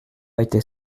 était